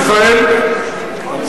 המספרים שלך,